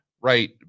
Right